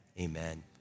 amen